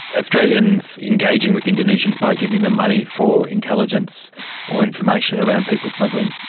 australians engaging with indonesians by giving them money for intelligence or information around people smuggling,